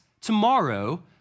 tomorrow